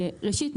ראשית,